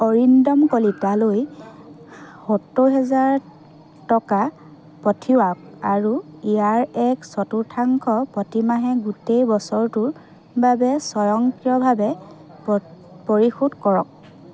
অৰিন্দম কলিতালৈ সত্তৰ হেজাৰ টকা পঠিয়াওক আৰু ইয়াৰ এক চতুৰ্থাংশ প্ৰতিমাহে গোটেই বছৰটোৰ বাবে স্বয়ংক্ৰিয়ভাৱে পৰিশোধ কৰক